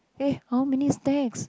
eh how many stacks